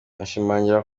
ashimangira